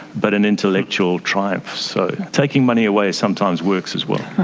but an intellectual triumph. so taking money away sometimes works as well.